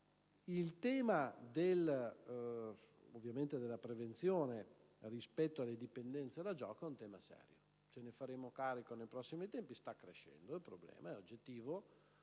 il tema della prevenzione rispetto alle dipendenze da gioco è serio. Ce ne faremo carico nei prossimi tempi: sta crescendo, il problema è oggettivo.